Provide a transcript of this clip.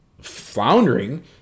floundering